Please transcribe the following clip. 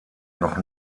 noch